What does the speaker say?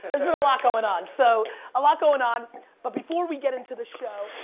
there's been a lot going on so a lot going on but before we get into the show,